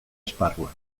esparruan